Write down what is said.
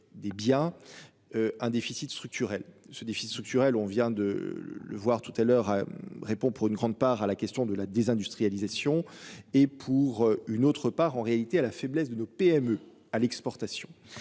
Des biens. Un déficit structurel ce déficit structurel, on vient de le voir tout à l'heure. Répond pour une grande part à la question de la désindustrialisation et pour une autre part en réalité à la faiblesse de nos PME à l'exportation.